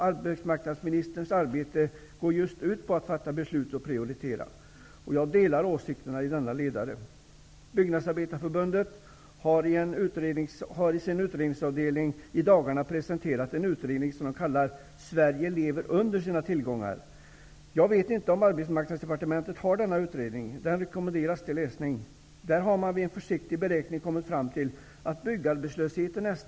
Arbetsmarknadsministerns arbete går just ut på att fatta beslut och prioritera. Jag delar åsikterna i denna ledare. Byggnadsarbetareförbundets utredningsavdelning har i dagarna presenterat en utredning som kallas ''Sverige lever under sina tillgångar''. Jag vet inte om Arbetsmarknadsdepartementet har denna utredning, men den rekommenderas till läsning. Man har vid en försiktig beräkning kommit fram till att byggarbetslösheten -- inkl.